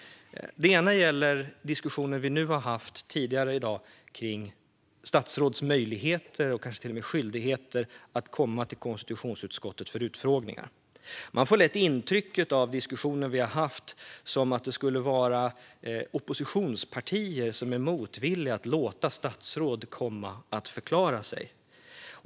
En sak gäller den diskussion som vi haft tidigare i dag om statsråds möjlighet och kanske till och med skyldighet att komma till konstitutionsutskottet för utfrågningar. Man får lätt intrycket av den diskussion vi har haft att det skulle vara oppositionspartier som är motvilliga till att låta statsråd komma och förklara sig.